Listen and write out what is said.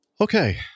Okay